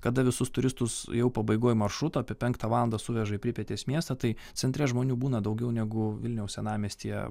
kada visus turistus jau pabaigoj maršruto apie penktą valandą suveža į pripetės miestą tai centre žmonių būna daugiau negu vilniaus senamiestyje